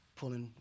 pulling